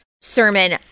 sermon